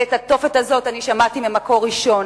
ועל התופת הזה אני שמעתי ממקור ראשון.